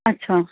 ਅੱਛਾ